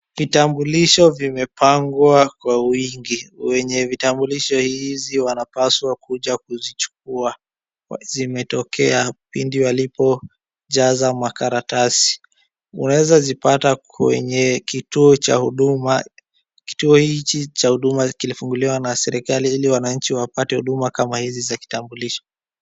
Vitambulisho vimepangwa kwa wingi wenye vitambulisho hizi wanapaswa kuja kuzichukua zimetokea pindi walipojaza makaratasi, unaweza zipata kwenye kituo cha Huduma kituo hichi cha Huduma kilifunguliwa na serikali ili wananchi wapate huduma kama hizi za kitambulisho.